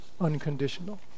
unconditional